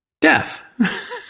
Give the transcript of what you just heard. Death